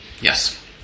yes